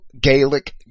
Gaelic